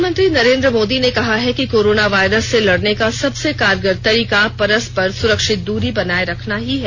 प्रधानमंत्री नरेन्द्र मोदी ने कहा है कि कोरोना वायरस से लड़ने का सबसे कारगर तरीका परस्पर सुरक्षित दूरी बनाये रखना ही है